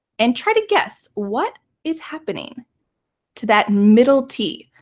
and try to guess what is happening to that middle t.